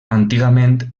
antigament